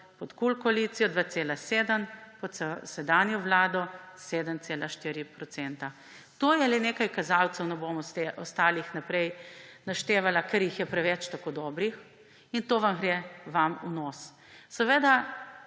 pod KUL koalicijo 2,7 %, pod sedanjo vlado 7,4 %. To je le nekaj kazalcev, ne bom ostalih naprej naštevala, ker jih je preveč tako dobrih, in to vam gre v nos. Ko